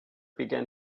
began